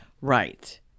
Right